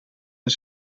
een